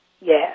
yes